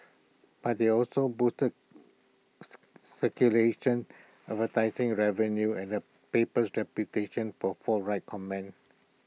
but they also boosted circulation advertising revenue and the paper's reputation for forthright comment